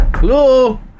Hello